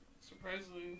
surprisingly